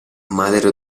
madre